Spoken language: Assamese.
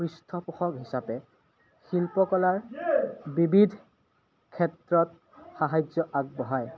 পৃষ্ঠপোষক হিচাপে শিল্পকলাৰ বিবিধ ক্ষেত্ৰত সাহাৰ্য্য় আগবঢ়ায়